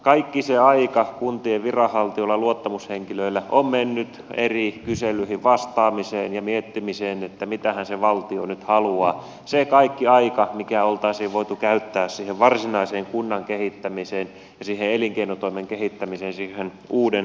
kaikki se aika kuntien viranhaltijoilla ja luottamushenkilöillä on mennyt eri kyselyihin vastaamiseen ja miettimiseen että mitähän se valtio nyt haluaa se kaikki aika mikä oltaisiin voitu käyttää siihen varsinaiseen kunnan kehittämiseen ja siihen elinkeinotoimen kehittämiseen siihen uuden luomiseen